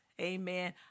amen